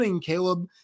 Caleb